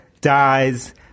dies